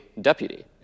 deputy